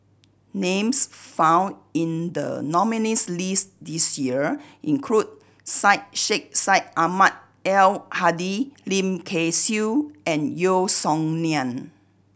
names found in the nominees' list this year include Syed Sheikh Syed Ahmad Al Hadi Lim Kay Siu and Yeo Song Nian